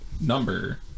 number